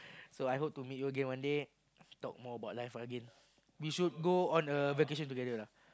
so I hope to meet you again one day talk more about life again we should go on a vacation together lah